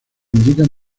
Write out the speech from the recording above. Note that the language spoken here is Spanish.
indican